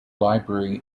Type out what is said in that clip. library